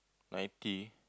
ninety